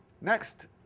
Next